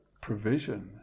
provision